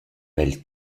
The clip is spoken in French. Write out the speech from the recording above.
mêle